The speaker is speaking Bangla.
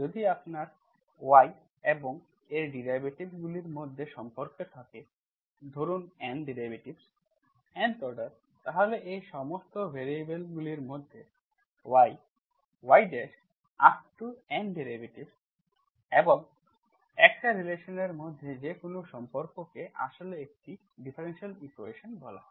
যদি আপনার y এবং এর ডেরিভেটিভগুলির মধ্যে সম্পর্ক থাকে ধরুন N ডেরিভেটিভস Nth অর্ডার তাহলে এই সমস্ত ভ্যারিয়েবলগুলির মধ্যে yyyn এবং x রিলেশন এর মধ্যে যে কোনও সম্পর্ককে আসলে একটি ডিফারেনশিয়াল ইকুয়েশন্স বলা হয়